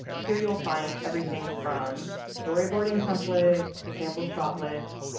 here you will find everything from storyboarding templates, example shot lists,